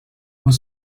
were